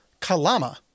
Kalama